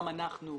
גם אנחנו,